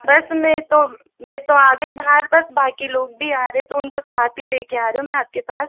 बस मैं तो मैं तो आ गई बाहर बस बाकी लोग भी आ रहे हैं तो उनको साथ ही लेकर आ रही हूँ मैं आपके पास